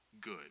good